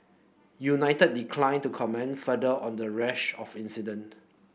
united declined to comment further on the rash of incident